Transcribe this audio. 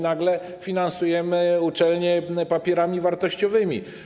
Nagle finansujemy uczelnie papierami wartościowymi.